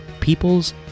peoples